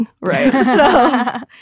right